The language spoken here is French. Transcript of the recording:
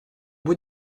bout